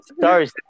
sorry